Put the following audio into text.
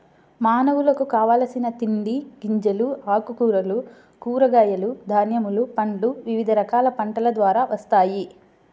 మానవులకు కావలసిన తిండి గింజలు, ఆకుకూరలు, కూరగాయలు, ధాన్యములు, పండ్లు వివిధ రకాల పంటల ద్వారా వస్తాయి